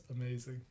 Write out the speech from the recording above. amazing